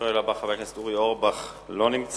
השואל הבא, חבר הכנסת אורי אורבך, לא נמצא.